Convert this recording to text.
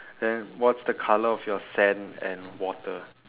then what's the colour of your sand and water